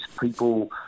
people